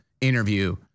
interview